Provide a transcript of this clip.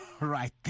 right